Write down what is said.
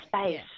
space